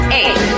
eight